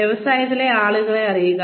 വ്യവസായത്തിലെ ആളുകളെ അറിയുക